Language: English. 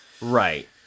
Right